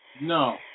No